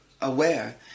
aware